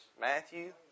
Matthew